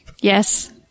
Yes